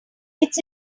it’s